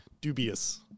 dubious